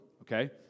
okay